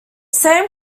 same